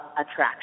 attraction